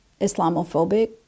Islamophobic